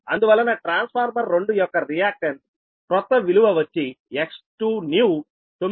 అందువలన ట్రాన్స్ఫార్మర్ 2 యొక్క రియాక్టన్స్ క్రొత్త విలువ వచ్చి X2new 9